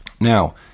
now